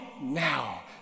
now